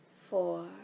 four